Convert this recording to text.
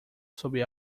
sob